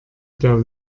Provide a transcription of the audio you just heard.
der